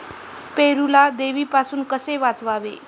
पेरूला देवीपासून कसे वाचवावे?